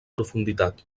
profunditat